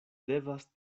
devas